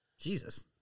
Jesus